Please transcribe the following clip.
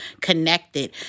connected